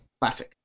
Classic